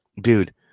dude